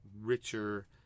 richer